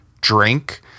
drink